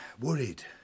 worried